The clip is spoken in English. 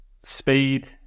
speed